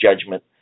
judgment